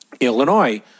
Illinois